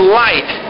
light